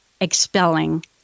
expelling